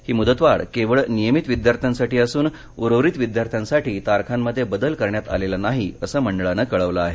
ही मुदतवाढ केवळ नियमित विद्यार्थ्यांसाठी असून उर्वरित विद्यार्थ्यांसाठी तारखांमध्ये बदल करण्यात आलेला नाही असं मंडळानं कळवलं आहे